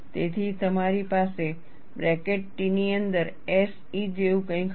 તેથી તમારી પાસે બ્રેકેટ T ની અંદર SE જેવું કંઈક હશે